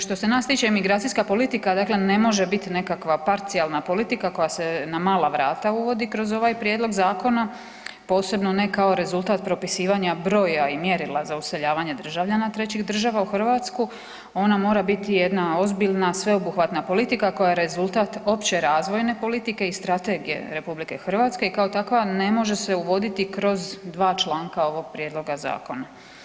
Što se nas tiče, imigracijska politika, dakle ne može biti nekakva parcijalna politika koja se na mala vrata uvodi kroz ovaj prijedlog zakona, posebno ne kao rezultat propisivanja broja i mjerila za useljavanja državljana trećih država u Hrvatsku, ona mora biti jedna ozbiljna, sveobuhvatna politika koja je rezultat opće razvojne politike i strategije RH i kao takva ne može se uvoditi kroz dva članka ovog prijedloga zakona.